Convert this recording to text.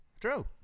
True